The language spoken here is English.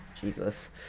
jesus